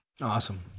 Awesome